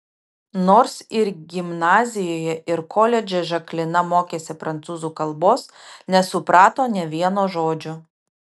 nors ir gimnazijoje ir koledže žaklina mokėsi prancūzų kalbos nesuprato nė vieno žodžio